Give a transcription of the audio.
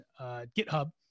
GitHub